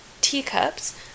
teacups